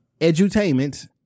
edutainment